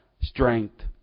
Strength